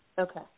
Okay